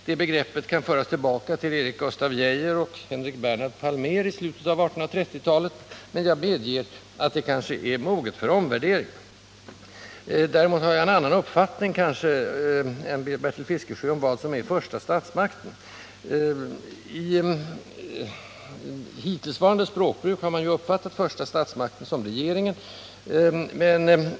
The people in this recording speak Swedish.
Det begreppet kan föras tillbaka till Erik Gustaf Geijer och Henrik Bernhard Palmer i slutet av 1830-talet, och jag medger att det kanske är moget för omvärdering. Däremot har jag kanske en annan uppfattning än Bertil Fiskesjö om vad som är ”första statsmakten”. I hittillsvarande språkbruk har man uppfattat första statsmakten som regeringen.